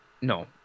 no